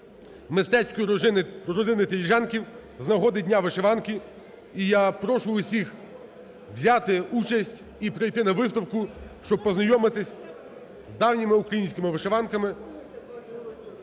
мистецької родини Теліженків з нагоди Дня вишиванки. І я прошу усіх взяти участь і прийти на виставку, щоб познайомитися з давніми українськими вишиванками.